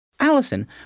Allison